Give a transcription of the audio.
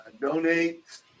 Donate